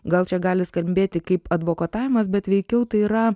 gal čia gali skambėti kaip advokatavimas bet veikiau tai yra